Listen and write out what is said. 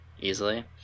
Easily